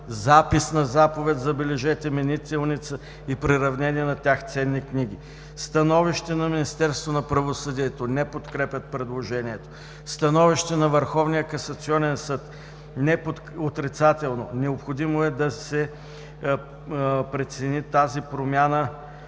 запис на заповед, забележете, менителница и приравнени на тях ценни книги; становище на Министерството на правосъдието – не подкрепят предложението; становище на Върховния касационен съд – отрицателно: необходимо е да се прецени дали тази промяна